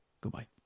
goodbye